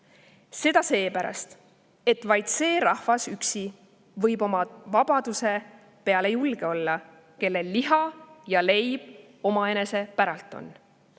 Seda seepärast, et vaid see rahvas üksi võib oma vabaduse peale julge olla, kellel liha ja leib omaenese päralt on.